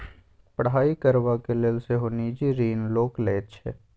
पढ़ाई करबाक लेल सेहो निजी ऋण लोक लैत छै